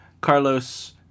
Carlos